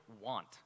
want